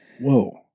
whoa